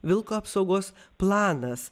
vilko apsaugos planas